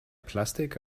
plastik